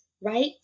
Right